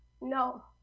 no